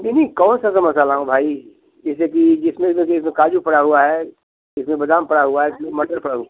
नहीं कौन सा समोसा लाऊँ भाई जैसे कि जिसमें तो सिर्फ काजू पड़ा हुआ है इसमें बादाम पड़ा हुआ है इसमें मटर पड़ा हुआ